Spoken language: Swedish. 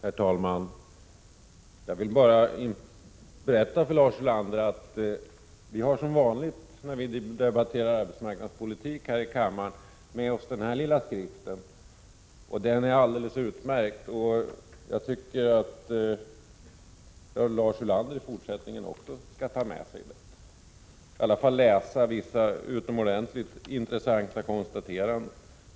Herr talman! Jag vill bara berätta för Lars Ulander att vi som vanligt, när vi — 25 mars 1987 debatterar arbetsmarknadspolitik i kammaren, har med oss den lilla skriften ”Arbetsmarknadspolitikens roll, inriktning och omfattning”. Den är alldeles utmärkt, och jag tycker att även Lars Ulander i fortsättningen skall ta den med sig eller i alla fall läsa vissa utomordentligt intressanta konstateranden som görs där.